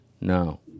No